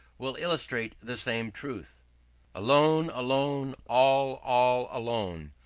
well illustrates the same truth alone, alone, all, all alone,